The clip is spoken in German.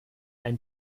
ein